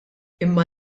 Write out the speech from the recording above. imma